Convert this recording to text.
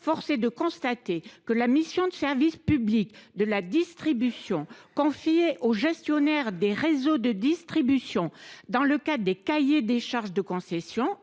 force est de constater que la mission de service public de la distribution confiée aux gestionnaires des réseaux de distribution « dans le cadre des cahiers des charges de concession